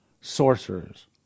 sorcerers